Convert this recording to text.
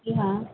जी हाँ